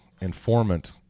informant